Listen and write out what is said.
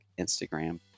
Instagram